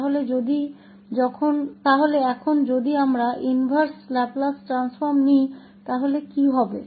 तो अब अगर हम इनवर्स लाप्लास ट्रांसफॉर्म लें तो क्या होगा